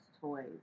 toys